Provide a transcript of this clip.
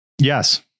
Yes